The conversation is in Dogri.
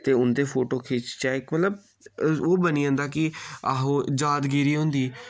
ते उं'दे फोटो खिच्चचै इक मतलब ओह् बनी जंदा कि आहो जादगिरि होंदी